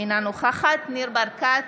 אינה נוכחת ניר ברקת,